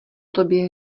tobě